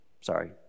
Sorry